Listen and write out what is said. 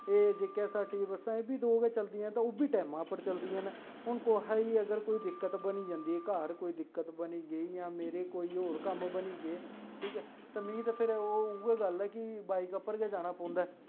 जेहकी एसआरटीसी बस्सां न ओह् बी दौं न उऐ चलदियां ना ओह्बी टेमां उप्पर चलदियां ना हून कुसै गी अगर दिक्कत बनी जंदी ऐ घर कोई दिक्कत बनी दी जां मेरे गी कोई और कम बनी गे ठीक ऐ मीं ते फिर ओह् उये गल्ल है कि मिगी बाइक उप्पर गै जाना पोंदा ऐ